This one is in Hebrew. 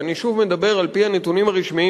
ואני שוב מדבר על-פי הנתונים הרשמיים